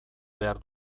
behar